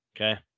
okay